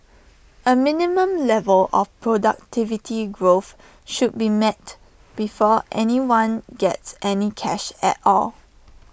A minimum level of productivity growth should be met before anyone gets any cash at all